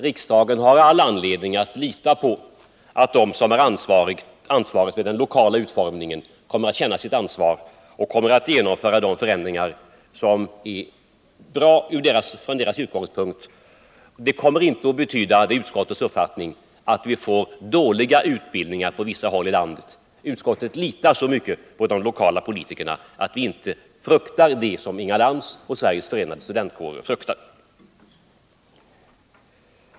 Riksdagen har väl all anledning att lita på att de som har ansvar för den lokala utformningen kommer att känna sitt ansvar och kommer att genomföra de förändringar som är bra från deras utgångspunkt. Det kommer inte att betyda — det är utskottets uppfattning — att vi får dåliga utformningar på vissa håll i landet. Utskottet litar så mycket på de lokala politikerna att vi inte fruktar det som Inga Lantz och Sveriges förenade studentkårer fruktar.